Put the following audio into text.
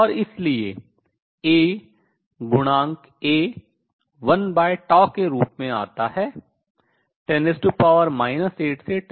और इसलिए A गुणांक A 1τ के रूप में आता है